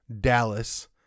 Dallas